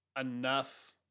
enough